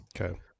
Okay